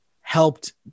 helped